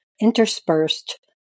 interspersed